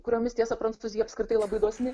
kuriomis tiesa prancūzija apskritai labai dosni